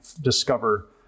discover